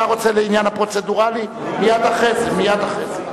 אתה רוצה לעניין הפרוצדורלי, מייד אחרי זה.